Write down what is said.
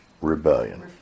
Rebellion